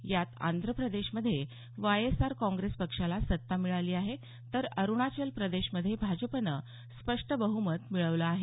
यात आंध्र प्रदेशमध्ये Y S R Congress पक्षाला सत्ता मिळाली आहे तर अरुणाचल प्रदेश मध्ये भाजपनं स्पष्ट बहमत मिळवलं आहे